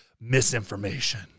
misinformation